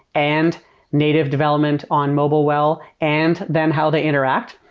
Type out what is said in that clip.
and native development on mobile well, and then how they interact.